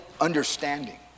understanding